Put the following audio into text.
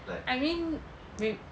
I mean with